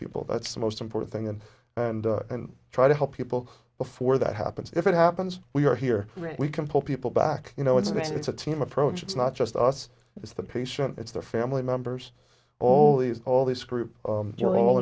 people that's the most important thing and try to help people before that happens if it happens we are here right we can pull people back you know it's a it's a team approach it's not just us it's the patient it's the family members all these all these groups they're all